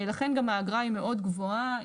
לכן גם האגרה היא מאוד גבוהה.